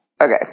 okay